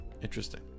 Interesting